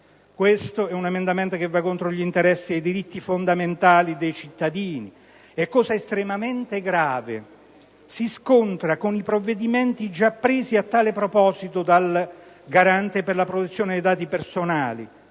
Questo emendamento va contro gli interessi e i diritti fondamentali dei cittadini e, cosa estremamente grave, si scontra con i provvedimenti già presi a tale proposito dal Garante per la protezione dei dati personali,